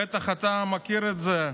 בטח אתה מכיר את זה,